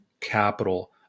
capital